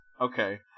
Okay